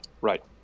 right